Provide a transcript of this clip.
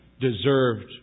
deserved